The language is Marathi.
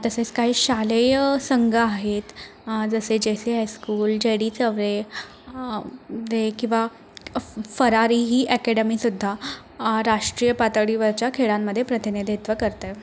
तसेच काही शालेय संघ आहेत जसे जेसे हेयस्कूल जेडीचवे दे की बा अप् फरारी ही अॅकेडमीसुद्धा राष्ट्रीय पातळीवरच्या खेळांमध्ये प्रतिनिधित्व करते